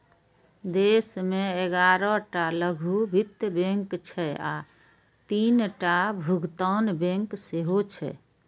देश मे ग्यारह टा लघु वित्त बैंक छै आ तीनटा भुगतान बैंक सेहो छै